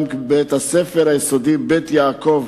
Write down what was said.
גם בית-הספר היסודי "בית יעקב",